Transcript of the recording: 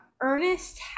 Ernest